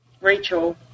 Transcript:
Rachel